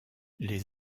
les